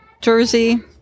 Jersey